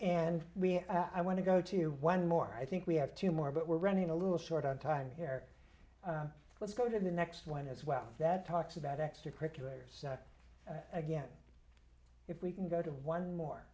and i want to go to one more i think we have two more but we're running a little short on time here let's go to the next one as well that talks about extracurriculars again if we can go to one more